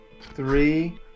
Three